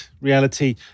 reality